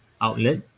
outlet